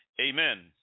Amen